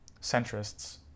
centrists